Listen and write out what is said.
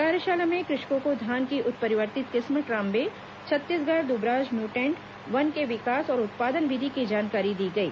कार्यशाला में कृषकों को धान की उत्परिवर्तित किस्म ट्राम्बे छत्तीसगढ़ दुबराज म्यूटेन्ट वन के विकास और उत्पादन विधि की जानकारी दी गई